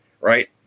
Right